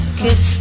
kiss